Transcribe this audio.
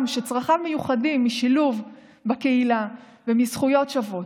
שצרכיו מיוחדים משילוב בקהילה ומזכויות שוות.